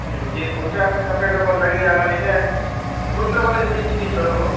ହୁଁ ଯେ ପଚାଶ୍ ଷାଠିଏ ଲୋକର ଲାଗି ଆମର୍ ନିକାଏଁ ଗୋଟେ ଲୋକର ଲାଗି ଦୁଇ ଦୁଇ ପିସ୍ ଧରହୋ